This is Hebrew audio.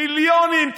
מיליונים.